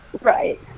Right